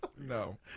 No